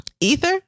Ether